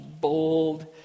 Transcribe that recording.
bold